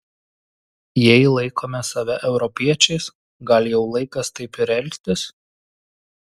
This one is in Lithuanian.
jei laikome save europiečiais gal jau laikas taip ir elgtis